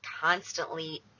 constantly